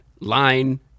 Line